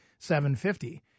$750